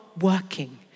working